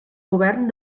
govern